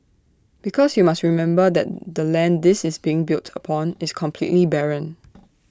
because you must remember that the land this is being built upon is completely barren